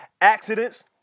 accidents